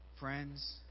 Friends